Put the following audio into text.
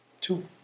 Two